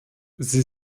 sie